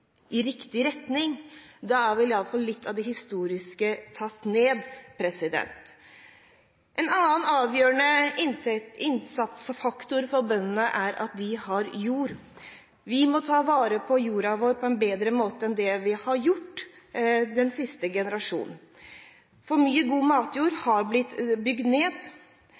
i riktig retning. Da er vel i alle fall litt av det historiske tatt ned. En annen avgjørende innsatsfaktor for bøndene er at de har jord. Vi må ta vare på jorda vår på en bedre måte enn det vi har gjort den siste generasjonen. For mye god matjord har blitt bygd ned.